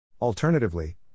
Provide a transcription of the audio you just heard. Alternatively